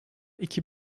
iki